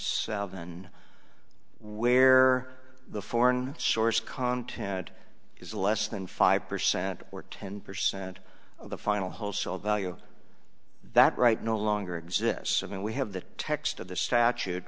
alvan where the foreign source content is less than five percent or ten percent of the final whole salt value that right no longer exists and we have the text of the statute